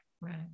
Right